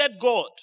God